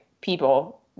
people